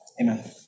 Amen